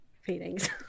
feelings